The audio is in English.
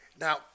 Now